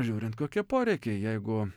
žiūrint kokie poreikiai jeigu